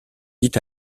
dit